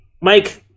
Mike